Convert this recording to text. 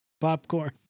Popcorn